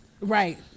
Right